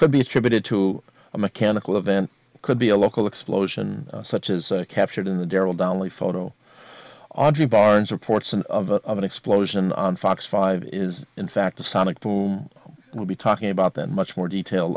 could be attributed to a mechanical event could be a local explosion such as captured in the darrell down lee photo audrey barnes reports of an explosion on fox five is in fact a sonic boom will be talking about that much more detail